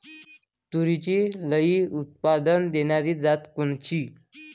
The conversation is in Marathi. तूरीची लई उत्पन्न देणारी जात कोनची?